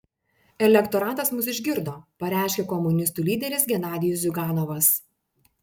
elektoratas mus išgirdo pareiškė komunistų lyderis genadijus ziuganovas